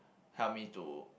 help me to